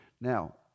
Now